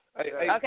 Okay